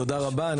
תודה רבה.